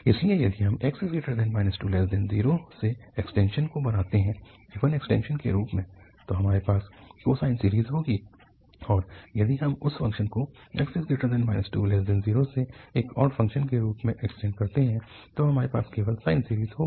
इसलिए यदि हम 2x0 से एक्सटेंशन को बनाते हैं इवन एक्सटेंशन के रूप में तो हमारे पास कोसाइन सीरीज़ होगी और यदि हम उस फ़ंक्शन को 2x0 से एक ऑड फ़ंक्शन के रूप में एक्सटेंड करते हैं तो हमारे पास केवल साइन सीरीज़ होगी